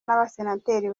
n’abasenateri